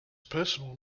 personal